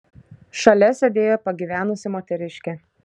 šalia sėdėjo pagyvenusi moteriškė